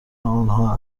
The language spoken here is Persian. آنها